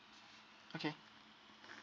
okay